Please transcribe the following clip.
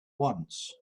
once